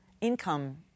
income